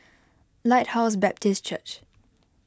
Lighthouse Baptist Church